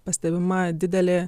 pastebima didelė